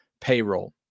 payroll